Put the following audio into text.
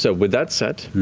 so with that said,